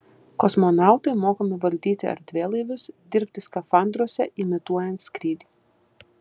kosmonautai mokomi valdyti erdvėlaivius dirbti skafandruose imituojant skrydį